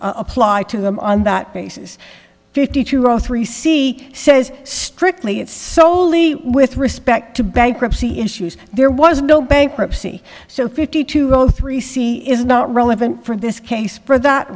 apply to them on that basis fifty two zero three c says strictly it soley with respect to bankruptcy issues there was no bankruptcy so fifty two zero three c is not relevant for this case for that